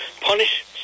punish